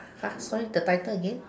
!huh! sorry the title again